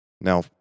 Now